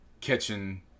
catching